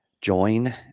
Join